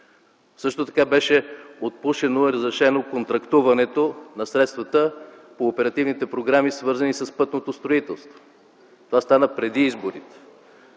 Също така беше отпушено и разрешено контрактуването на средствата по оперативните програми, свързани с пътното строителство. Това стана преди изборите.